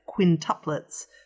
quintuplets